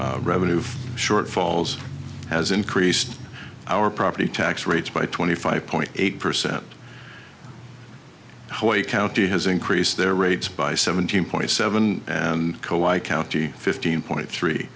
r revenue shortfalls has increased our property tax rates by twenty five point eight percent how a county has increased their rates by seventeen point seven and co i county fifteen point three